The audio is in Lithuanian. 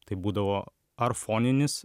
tai būdavo ar foninis